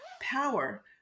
power